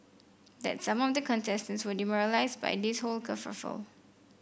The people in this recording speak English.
that some of the contestants were demoralised by this whole kerfuffle